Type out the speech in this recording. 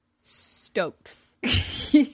Stokes